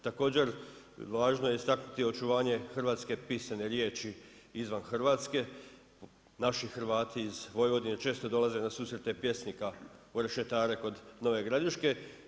Također važno je istaknuti očuvanje hrvatske pisane riječi izvan Hrvatske, naši Hrvati iz Vojvodine često dolaze na susrete pjesnika u Rešetare kod Nove Gradiške.